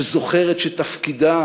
שזוכרת שתפקידה